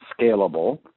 scalable